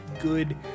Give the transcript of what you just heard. good